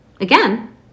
again